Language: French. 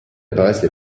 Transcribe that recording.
apparaissent